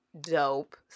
dope